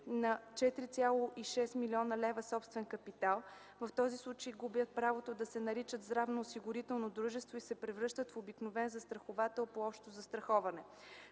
на 4,6 млн. лв. собствен капитал. В този случай губят правото да се наричат здравноосигурително дружество и се превръщат в обикновен застраховател по общо застраховане;